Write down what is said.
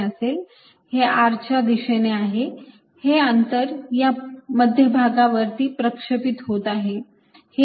हे r च्या दिशेने आहे हे अंतर या मध्यभागावरती प्रक्षेपित होत आहे